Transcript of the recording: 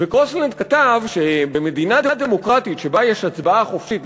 והוא כתב שבמדינה דמוקרטית שיש בה הצבעה חופשית,